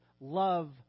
love